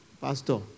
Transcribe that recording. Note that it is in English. Pastor